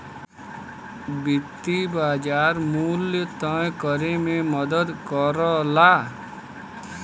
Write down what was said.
वित्तीय बाज़ार मूल्य तय करे में मदद करला